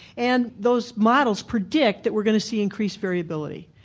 and those models predict that we're going to see increased variability.